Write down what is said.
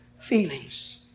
feelings